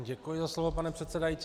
Děkuji za slovo, pane předsedající.